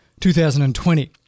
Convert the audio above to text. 2020